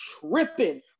tripping